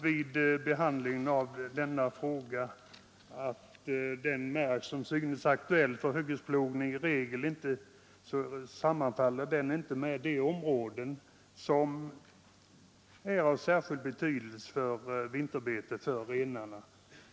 Vid behandlingen av denna fråga har framkommit att den mark som synes vara aktuell för hyggesplogning i regel inte sammanfaller med de områden som är av särskild betydelse för vinterbete för renar.